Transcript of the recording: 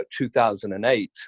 2008